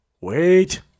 Wait